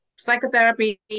psychotherapy